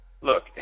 look